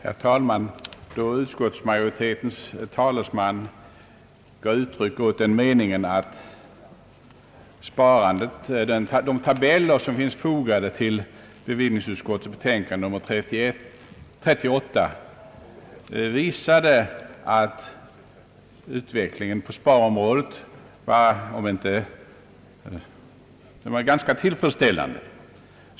Herr talman! Utskottsmajoritetens talesman gav uttryck åt den meningen att de tabeller, som finns fogade till bevillningsutskottets betänkande nr 38, skulle visa att utvecklingen på sparområdet är ganska tillfredsställande.